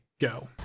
go